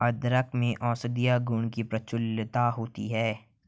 अदरक में औषधीय गुणों की प्रचुरता होती है